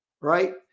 Right